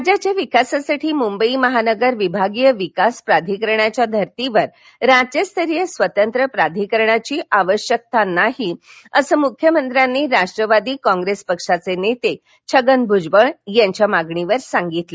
राज्याच्या विकासासाठी मुंबई महानगर विभागीय विकास प्राधिकरणाच्या धरतीवर राज्यस्तरीय स्वतंत्र प्राधिकरणाची आवश्यकता नसल्याचं मुख्यमंत्र्यांनी राष्ट्रवादी काँग्रेस पक्षाचे नेते छगन भूजबळ यांच्या मागणीवर सांगितलं